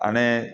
अने